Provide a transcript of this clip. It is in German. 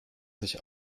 sich